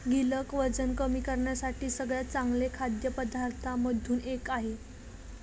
गिलक वजन कमी करण्यासाठी सगळ्यात चांगल्या खाद्य पदार्थांमधून एक आहे